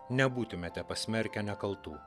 nebūtumėte pasmerkę nekaltų